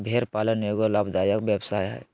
भेड़ पालन एगो लाभदायक व्यवसाय हइ